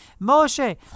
Moshe